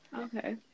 Okay